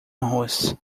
arroz